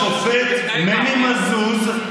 השופט מני מזוז,